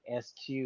sq